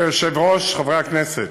אדוני היושב-ראש, חברי הכנסת,